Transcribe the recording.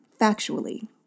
factually